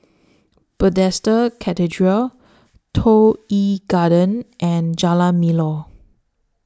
Bethesda Cathedral Toh Yi Garden and Jalan Melor